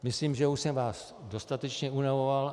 Myslím, že už jsem vás dostatečně unavoval.